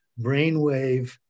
brainwave